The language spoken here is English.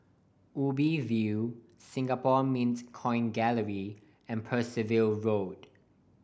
Ubi View Singapore Mint Coin Gallery and Percival Road